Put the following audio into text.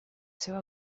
seva